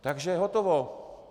Takže hotovo.